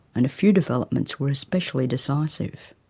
and a few developments were especially decisive.